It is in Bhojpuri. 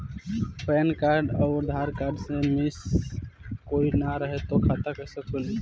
पैन कार्ड आउर आधार कार्ड मे से कोई ना रहे त खाता कैसे खुली?